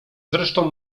zresztą